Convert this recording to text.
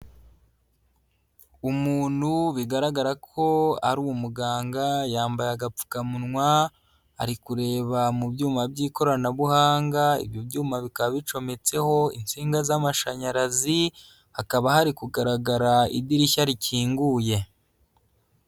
Umuntu bigaragara ko ari umuganga, yambaye agapfukamunwa ari kureba mu byuma by'ikoranabuhanga, ibyo byuma bikaba bicometseho insinga z'amashanyarazi, hakaba hari kugaragara idirishya rikinguye.